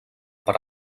per